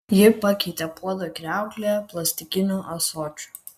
ji pakeitė puodą kriauklėje plastikiniu ąsočiu